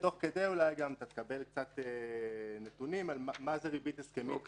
תוך כדי אולי תקבל קצת נתונים מה זה ריבית הסכמית כיום.